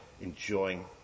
enjoying